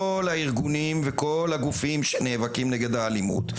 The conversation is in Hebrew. הארגונים וכל הגופים שנאבקים נגד האלימות.